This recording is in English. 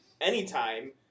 anytime